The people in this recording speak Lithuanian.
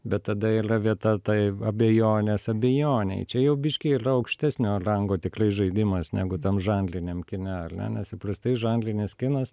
bet tada ylia vieta tai abejonės abejonei čia jau biškį yra aukštesnio rango tikrai žaidimas negu tam žanriniam kine al ne nes įprastai žanrinis kinas